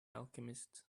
alchemist